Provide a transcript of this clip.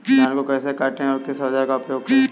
धान को कैसे काटे व किस औजार का उपयोग करें?